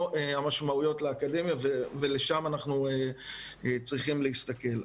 המשמעויות לאקדמיה ולשם אנחנו צריכים להסתכל.